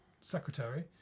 secretary